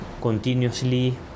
continuously